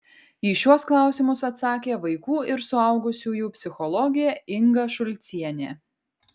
į šiuos klausimus atsakė vaikų ir suaugusiųjų psichologė inga šulcienė